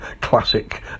classic